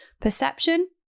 perception